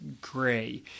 Gray